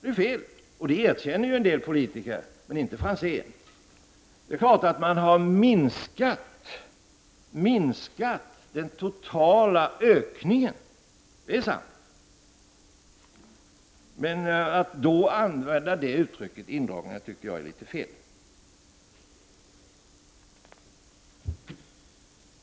Det är fel, och det erkänner en del politiker, men inte Franzén. Man har minskat den totala ökningen — det är sant. Men att då använda uttrycket ”indragningar” tycker jag är litet fel.